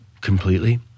completely